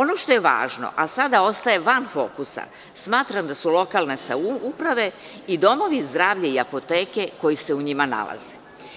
ono što je važno, a sada ostaje van fokusa, smatram da su lokalne samouprave i domovi zdravlja i apoteke koji se u njima nalaze.